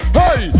hey